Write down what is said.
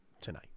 tonight